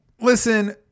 Listen